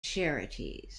charities